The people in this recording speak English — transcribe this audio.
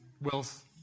wealth